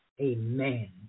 Amen